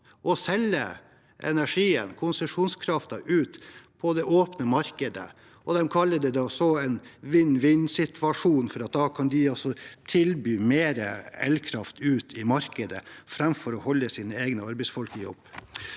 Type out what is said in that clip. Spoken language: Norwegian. og selger energien, konsesjonskraften, ut på det åpne markedet. De kaller det så en vinn-vinn-situasjon, for da kan de tilby mer elkraft ut i markedet – framfor å holde sine egne arbeidsfolk i jobb.